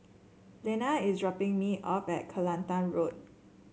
Lenna is dropping me off at Kelantan Road